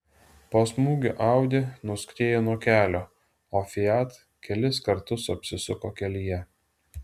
po smūgio audi nuskriejo nuo kelio o fiat kelis kartus apsisuko kelyje